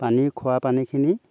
পানী খোৱাপানীখিনি